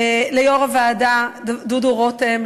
ליושב-ראש הוועדה דודו רותם,